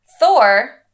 Thor